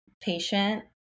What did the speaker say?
patient